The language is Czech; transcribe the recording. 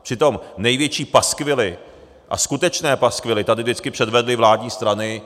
Přitom největší paskvily a skutečné paskvily tady vždycky předvedly vládní strany.